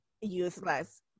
useless